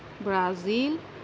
Brazil